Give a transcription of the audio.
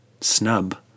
snub